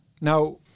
Now